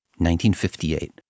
1958